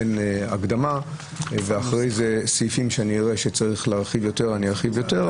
בין הקדמה ואחרי זה סעיפים שאני אראה שצריך להרחיב יותר אני ארחיב יותר,